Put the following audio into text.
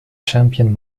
champion